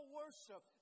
worship